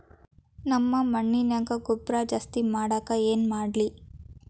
ನಮ್ಮ ಮಣ್ಣಿನ್ಯಾಗ ಗೊಬ್ರಾ ಜಾಸ್ತಿ ಮಾಡಾಕ ಏನ್ ಮಾಡ್ಲಿ?